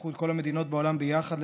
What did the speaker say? תיקחו את כל המדינות בעולם ביחד,